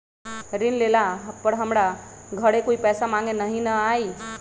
ऋण लेला पर हमरा घरे कोई पैसा मांगे नहीं न आई?